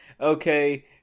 okay